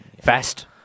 Fast